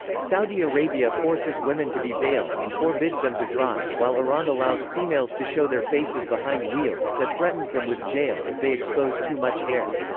saudi arabia forces women to be veiled and forbids them to drive, while iran allows females to show their faces behind wheels but threatens them with jail if they expose too much hair.